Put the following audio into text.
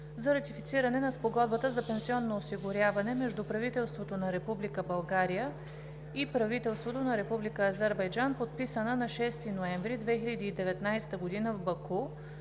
за ратифициране на Спогодбата за пенсионно осигуряване между правителството на Република България и правителството на Република Азербайджан, подписана на 6 ноември 2019 г. в Баку,